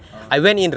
!huh!